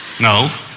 No